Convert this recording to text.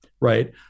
right